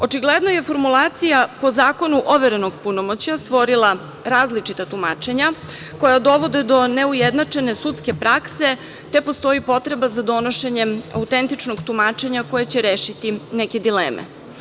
Očigledno je formulacija - po zakonu overenog punomoćja, stvorila različita tumačenja koja dovode do neujednačene sudske prakse, te postoji potreba za donošenjem autentičnog tumačenja koje će rešiti neke dileme.